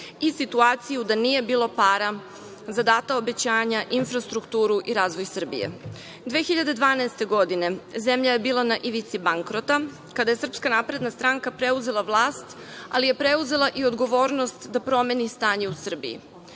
i situaciju da nije bilo para za data obećanja, infrastrukturu i razvoj Srbije. Godine 2012. zemlja je bila na ivici bankrota, kada je SNS preuzela vlast, ali je preuzela i odgovornost da promeni stanje u Srbiji.